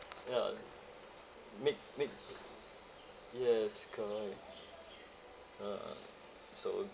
ya make make yes correct a'ah so